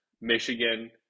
Michigan